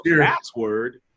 password